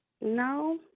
no